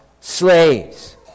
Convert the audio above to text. slaves